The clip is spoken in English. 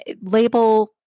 label